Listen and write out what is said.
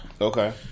Okay